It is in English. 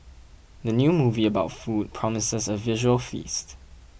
the new movie about food promises a visual feast